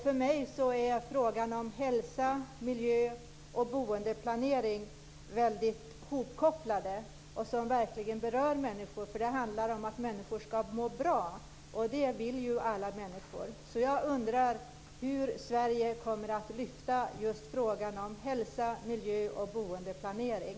För mig är hälsa, miljö och boendeplanering sammankopplade, och det är en fråga som verkligen berör människor, för det handlar om att man ska må bra och det vill ju alla människor. Jag undrar hur Sverige kommer att lyfta fram just frågan om, hälsa, miljö och boendeplanering.